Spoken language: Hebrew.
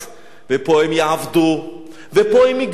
ופה הם יעבדו ופה הם יגנבו.